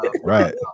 Right